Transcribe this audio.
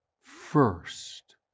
first